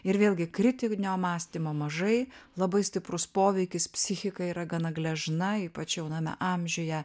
ir vėlgi kritinio mąstymo mažai labai stiprus poveikis psichikai yra gana gležna ypač jauname amžiuje